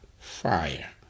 fire